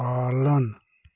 पालन